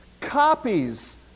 Copies